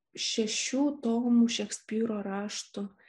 šešių tomų šekspyro raštų